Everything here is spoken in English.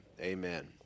amen